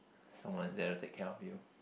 someone is there to take care of you